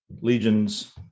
legion's